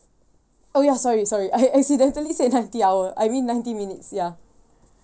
oh ya sorry sorry I accidentally said ninety hour I mean ninety minutes ya